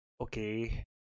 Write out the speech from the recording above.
okay